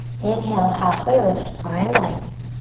inhale, halfway lift, find length.